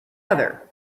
other